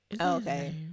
Okay